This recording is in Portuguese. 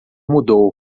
mudou